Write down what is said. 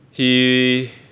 he